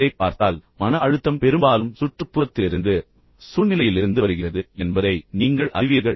இதைப் பார்த்தால் மன அழுத்தம் பெரும்பாலும் சுற்றுப்புறத்திலிருந்து சூழ்நிலையிலிருந்து வருகிறது என்பதை நீங்கள் அறிவீர்கள்